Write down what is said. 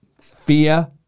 fear